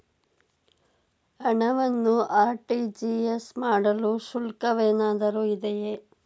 ಹಣವನ್ನು ಆರ್.ಟಿ.ಜಿ.ಎಸ್ ಮಾಡಲು ಶುಲ್ಕವೇನಾದರೂ ಇದೆಯೇ?